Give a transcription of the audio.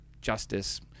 justice